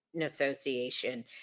association